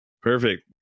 Perfect